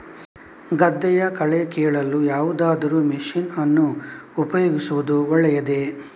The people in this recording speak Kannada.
ಗದ್ದೆಯ ಕಳೆ ಕೀಳಲು ಯಾವುದಾದರೂ ಮಷೀನ್ ಅನ್ನು ಉಪಯೋಗಿಸುವುದು ಒಳ್ಳೆಯದೇ?